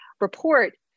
report